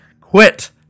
quit